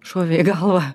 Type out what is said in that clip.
šovė į galvą